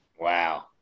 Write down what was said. Wow